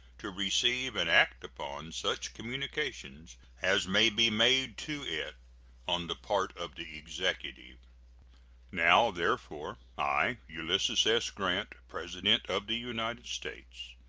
to receive and act upon such communications as may be made to it on the part of the executive now, therefore, i, ulysses s. grant, president of the united states,